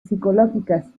psicológicas